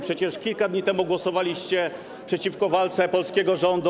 Przecież kilka dni temu głosowaliście przeciwko walce polskiego rządu.